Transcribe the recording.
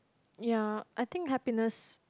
ya I think happiness